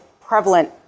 prevalent